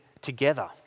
together